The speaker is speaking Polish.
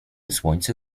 słońce